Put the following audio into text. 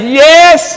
yes